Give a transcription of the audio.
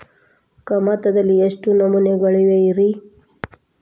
ಕಮತದಲ್ಲಿ ಎಷ್ಟು ನಮೂನೆಗಳಿವೆ ರಿ?